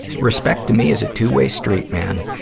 respect, to me, is a two-way street, man,